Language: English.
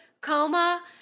coma